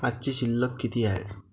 आजची शिल्लक किती हाय?